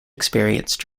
experienced